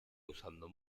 usando